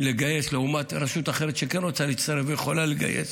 לגייס לעומת רשות אחרת שכן רוצה להצטרף ויכולה לגייס,